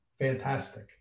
Fantastic